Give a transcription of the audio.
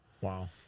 Wow